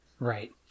right